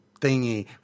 thingy